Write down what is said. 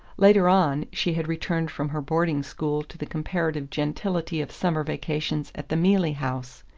later on, she had returned from her boarding-school to the comparative gentility of summer vacations at the mealey house,